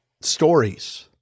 stories